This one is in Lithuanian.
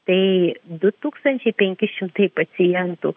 tai du tūkstančiai penki šimtai pacientų